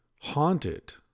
haunted